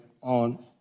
on